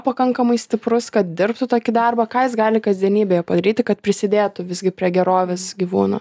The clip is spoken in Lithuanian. pakankamai stiprus kad dirbtų tokį darbą ką jis gali kasdienybėje padaryti kad prisidėtų visgi prie gerovės gyvūnų